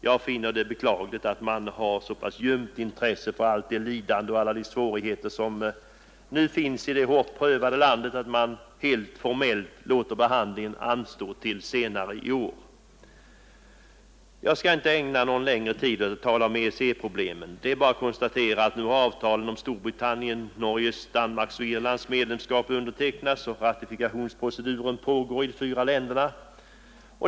Jag finner det beklagligt att man hyser så ljumt intresse för allt det lidande och alla de svårigheter som nu finns i det hårt prövade landet att man helt formellt låter behandlingen anstå till senare i år. Jag skall inte ägna någon längre tid åt att tala om EEC-problemen. Det är bara att konstatera att avtalen om Storbritanniens, Norges, Danmarks och Irlands medlemskap nu har undertecknats och att ratifikationsproceduren pågår i de fyra länderna.